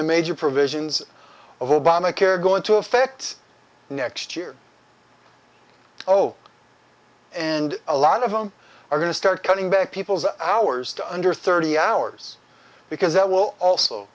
the major provisions of obamacare go into effect next year oh and a lot of them are going to start cutting back people's hours to under thirty hours because that will also